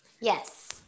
yes